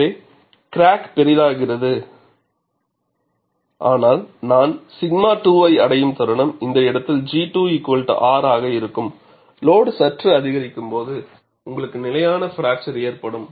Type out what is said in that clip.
எனவே கிராக் பெரிதாகாது ஆனால் நான் 𝛔 2 ஐ அடையும் தருணம் இந்த இடத்தில் G2 R ஆக இருக்கும் லோடு சற்று அதிகரிக்கும் போது உங்களுக்கு நிலையான பிராக்சர் ஏற்படும்